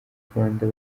rwanda